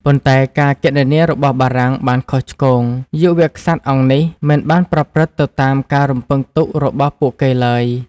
ប៉ុន្តែការគណនារបស់បារាំងបានខុសឆ្គង យុវក្សត្រអង្គនេះមិនបានប្រព្រឹត្តទៅតាមការរំពឹងទុករបស់ពួកគេឡើយ។